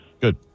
Good